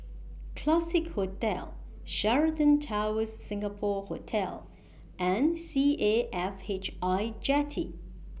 Classique Hotel Sheraton Towers Singapore Hotel and C A F H I Jetty